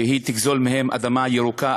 היא תגזול מהם אדמה ירוקה,